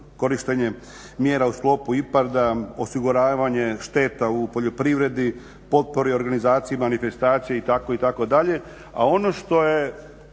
korištenje mjera u sklopu IPARD-a, osiguravanje šteta u poljoprivredi, potpori organizacije, manifestacije itd., itd.